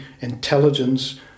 intelligence